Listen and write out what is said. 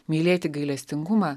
mylėti gailestingumą